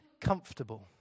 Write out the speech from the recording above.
comfortable